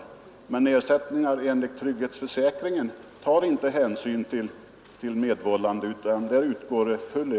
Vid fastställande av ersättningar enligt trygghetsförsäkringen tas däremot inte hänsyn till medvållande.